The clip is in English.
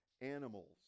animals